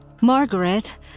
Margaret